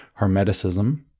Hermeticism